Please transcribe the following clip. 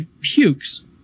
pukes